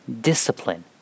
discipline